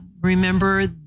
Remember